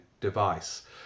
device